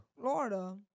Florida